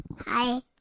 Hi